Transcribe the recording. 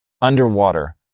underwater